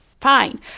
fine